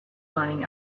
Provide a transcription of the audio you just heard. learning